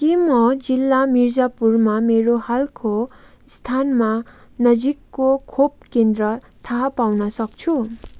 के म जिल्ला मिर्जापुरमा मेरो हालको स्थानमा नजिकको खोप केन्द्र थाहा पाउन सक्छु